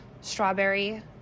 strawberry